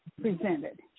Presented